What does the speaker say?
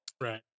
Right